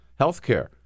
Healthcare